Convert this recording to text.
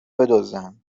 بدزدن